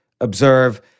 observe